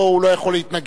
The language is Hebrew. פה הוא לא יכול להתנגד.